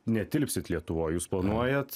netilpsit lietuvoj jūs planuojat